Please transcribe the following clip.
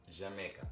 Jamaica